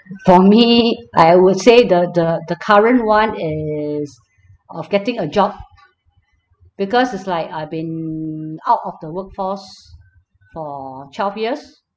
for me I would say the the the current one is of getting a job because it's like I've been out of the workforce for twelve years